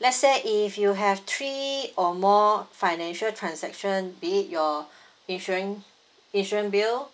let's say if you have three or more financial transaction be it your insurance insurance bill